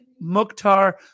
Mukhtar